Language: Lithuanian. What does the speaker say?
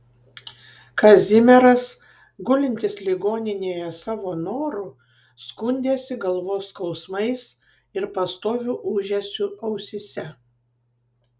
kazimieras gulintis ligoninėje savo noru skundėsi galvos skausmais ir pastoviu ūžesiu ausyse